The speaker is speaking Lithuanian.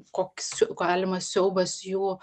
koks galimas siaubas jų